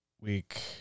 week